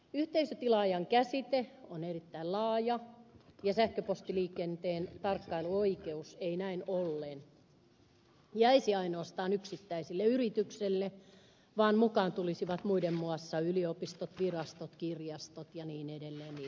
yhteisötilaajan käsite on erittäin laaja ja sähköpostiliikenteen tarkkailuoikeus ei näin ollen jäisi ainoastaan yksittäiselle yritykselle vaan mukaan tulisivat muiden muassa yliopistot virastot kirjastot ja niin edelleen